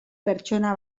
pertsona